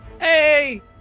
Hey